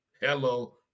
Hello